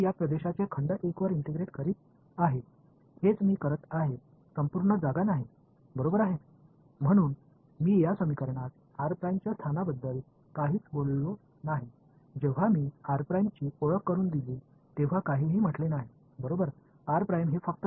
எனவே r இன் இருப்பிடத்தைப் பற்றி நான் ஏதேனும் சொல்லி இருக்கிறேனா இல்லைதானே இந்த r அறிமுகப்படுத்தும்போது அதைப்பற்றி ஒரு வார்த்தையும் சொல்லவில்லை